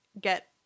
get